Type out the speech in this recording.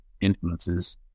influences